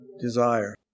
desire